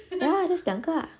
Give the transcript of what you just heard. ya just 两个 ah